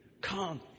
Come